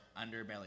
underbelly